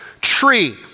tree